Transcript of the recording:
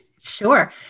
Sure